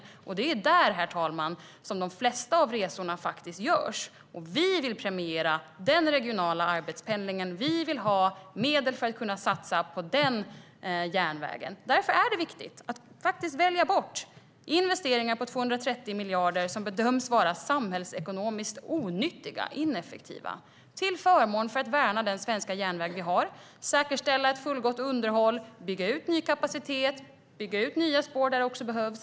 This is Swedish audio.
Det är faktiskt där, herr talman, som de flesta resor görs. Vi vill premiera den regionala arbetspendlingen. Vi vill ha medel att satsa på den järnvägen. Därför är det viktigt att faktiskt välja bort investeringar på 230 miljarder som bedöms vara samhällsekonomiskt onyttiga och ineffektiva till förmån för att värna den svenska järnväg vi har, säkerställa ett fullgott underhåll, bygga ut ny kapacitet, bygga ut nya spår där det behövs.